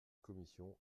commission